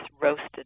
roasted